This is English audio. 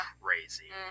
crazy